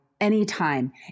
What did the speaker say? anytime